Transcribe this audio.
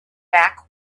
back